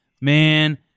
Man